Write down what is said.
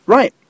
Right